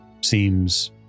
seems